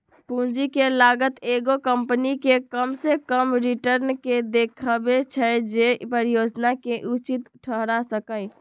पूंजी के लागत एगो कंपनी के कम से कम रिटर्न के देखबै छै जे परिजोजना के उचित ठहरा सकइ